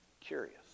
Curious